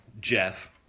Jeff